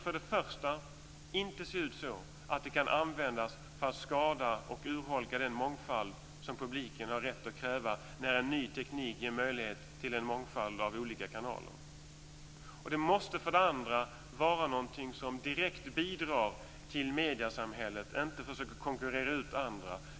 För det första skall den inte se ut så att den kan användas för att skada och urholka den mångfald som publiken har rätt att kräva när en ny teknik ger möjlighet till en mångfald av olika kanaler. För det andra måste den vara något som direkt bidrar till mediesamhället och inte försöker konkurrera ut andra.